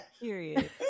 Period